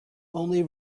only